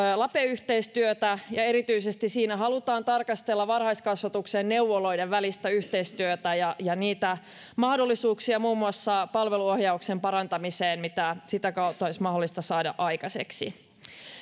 lape yhteistyötä ja erityisesti siinä halutaan tarkastella varhaiskasvatuksen ja neuvoloiden välistä yhteistyötä ja ja mahdollisuuksia muun muassa palveluohjauksen parantamiseen sitä mitä sitä kautta olisi mahdollista saada aikaiseksi